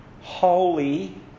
holy